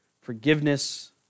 forgiveness